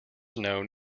known